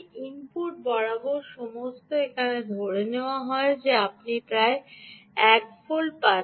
input বরাবর সমস্ত এখানে ধরে নেওয়া হয় যে আপনি প্রায় 1 ভোল্ট পাচ্ছেন